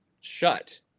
shut